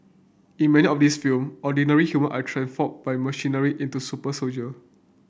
in many of these film ordinary human are transformed by machinery into super soldier